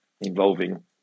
involving